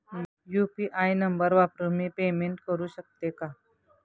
UPI नंबर वापरून मी पेमेंट करू शकते का?